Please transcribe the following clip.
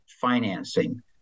financing